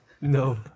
No